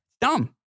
Dumb